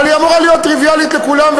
אבל היא אמורה להיות טריוויאלית לכולם,